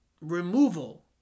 removal